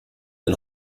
ein